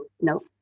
no